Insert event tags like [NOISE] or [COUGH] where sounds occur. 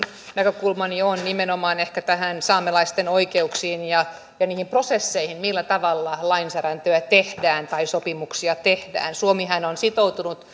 näkökulmani on nimenomaan tähän saamelaisten oikeuksiin ja ja niihin prosesseihin millä tavalla lainsäädäntöä tehdään tai sopimuksia tehdään suomihan on sitoutunut [UNINTELLIGIBLE]